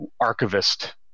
archivist